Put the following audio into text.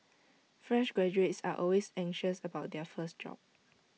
fresh graduates are always anxious about their first job